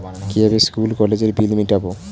কিভাবে স্কুল কলেজের বিল মিটাব?